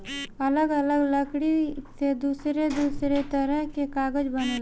अलग अलग लकड़ी से दूसर दूसर तरह के कागज बनेला